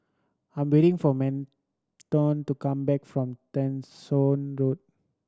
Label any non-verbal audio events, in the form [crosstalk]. I'm waiting for Merton to come back from [unintelligible] Road